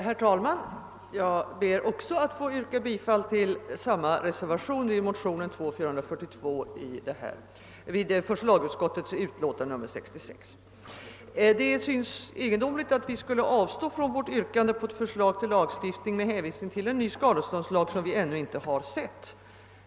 Herr taiman! Jag ber också att få yrka bifall till samma reservation till första lagutskottets utlåtande nr 66. Det synes egendomligt att vi skulle avstå från vårt yrkande om ett förslag till lagstiftning med hänvisning till ny skadeståndslag, som vi ännu inte har sett.